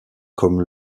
comme